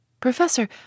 Professor